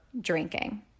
drinking